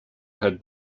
had